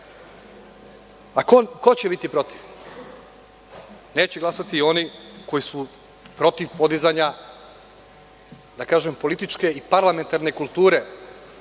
a ko će biti protiv? Neće glasati oni koji su protiv podizanja, da kažem, političke i parlamentarne kulture